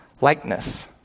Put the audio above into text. likeness